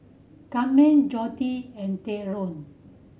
Camden Joette and Theadore